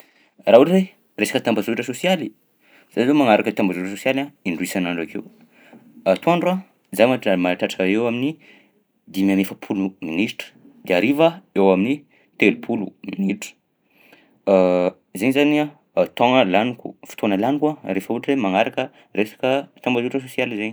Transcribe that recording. Raha ohatra hoe resaka tambazotra sosialy za zao magnaraka tambazotra sosialy a indroy isan'andro akeo. Antoandro a za matra- mahatratra eo amin'ny dimy an'efapolo minitra de hariva eo amin'ny telopolo minitra, zaigny zany a temps-gna laniko fotoana laniko a rehefa ohatra hoe magnaraka resaka tambazotra sosialy zay.